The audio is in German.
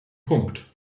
punkt